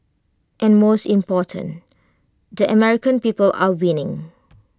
and most important the American people are winning